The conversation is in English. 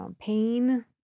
pain